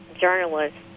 journalists